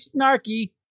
snarky